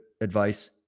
advice